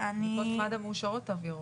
מאושר, בדיקות מד"א מאושרות תו ירוק.